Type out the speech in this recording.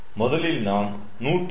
முதலில் நாம் 107